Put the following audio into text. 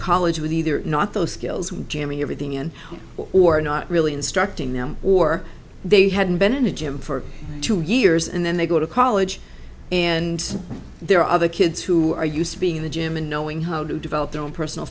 college with either not those skills were jamming everything in or not really instructing them or they hadn't been in a gym for two years and then they go to college and there are other kids who are used to being in the gym and knowing how to develop their own personal